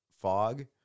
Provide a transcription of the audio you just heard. fog –